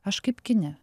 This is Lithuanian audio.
aš kaip kine